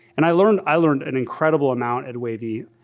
and i learned i learned an incredible amount at wavii.